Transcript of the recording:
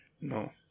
No